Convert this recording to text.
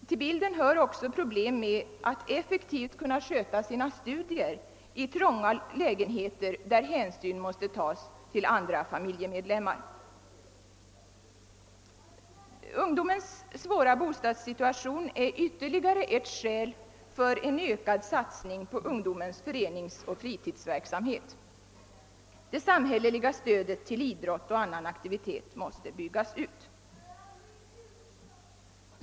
Till bilden hör också problem med att effektivt kunna sköta sina studier i trånga lägenheter där hänsyn måste tas till andra familjemedlemmar. Ungdomens svåra bostadssituation är ytterligare ett skäl för en ökad satsning på ungdomens föreningsoch fritidsverksamhet. Det samhälleliga stödet till idrott och annan aktivitet måste byggas ut.